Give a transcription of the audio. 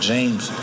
James